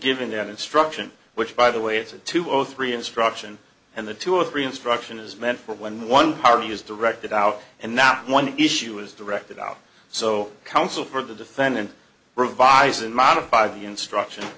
an instruction which by the way it's a two or three instruction and the two or three instruction is meant for when one party is directed out and not one issue is directed out so counsel for the defendant revise and modify the instruction